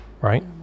right